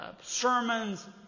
Sermons